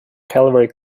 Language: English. cavalry